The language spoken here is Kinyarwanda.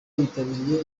yitabiriye